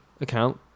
account